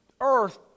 earth